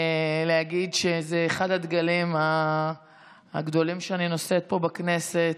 להגיד שזה אחד הדגלים הגדולים שאני נושאת פה בכנסת: